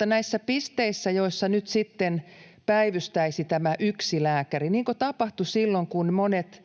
nämä pisteet, joissa sitten päivystäisi yksi lääkäri — niin kuin tapahtui silloin, kun monet